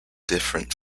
different